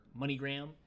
MoneyGram